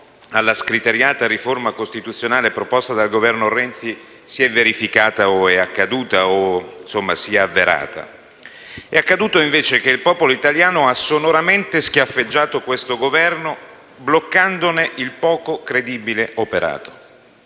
alla scriteriata riforma costituzionale proposta dal Governo Renzi si è verificata, è accaduta o si è avverata. È accaduto, invece, che il popolo italiano ha sonoramente schiaffeggiato questo Governo, bloccandone il poco credibile operato.